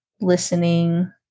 listening